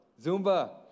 Zumba